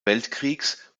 weltkriegs